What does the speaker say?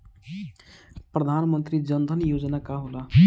प्रधानमंत्री जन धन योजना का होला?